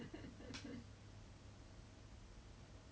like I don't know kumar or something like for a period of time like